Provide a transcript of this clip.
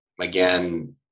again